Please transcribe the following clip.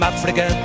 Africa